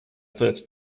first